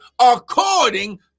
according